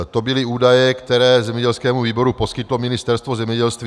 To byly údaje, které zemědělskému výboru poskytlo Ministerstvo zemědělství.